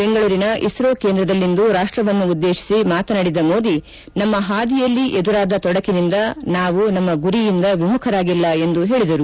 ಬೆಂಗಳೂರಿನ ಇಸ್ತೋ ಕೇಂದ್ರದಲ್ಲಿಂದು ರಾಷ್ಷವನ್ನುದ್ದೇತಿಸಿ ಮಾತನಾಡಿದ ಮೋದಿ ನಮ್ಮ ಹಾದಿಯಲ್ಲಿ ಎದುರಾದ ತೊಡಕಿನಿಂದ ನಾವು ನಮ್ನ ಗುರಿಯಿಂದ ವಿಮುಖರಾಗಿಲ್ಲ ಎಂದು ಹೇಳಿದರು